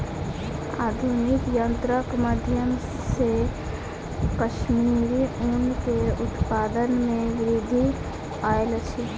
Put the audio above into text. आधुनिक यंत्रक माध्यम से कश्मीरी ऊन के उत्पादन में वृद्धि आयल अछि